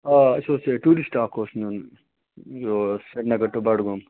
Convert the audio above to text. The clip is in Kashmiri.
آ اَسہِ اوس یہِ ٹوٗرِسٹ اَکھ اوس نیُن یور سرینگر ٹُہ بَڈٕگوم